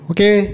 Okay